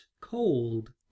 cold